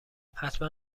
حتما